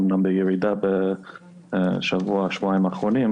אמנם היא בירידה בשבוע-שבועיים האחרונים,